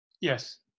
yes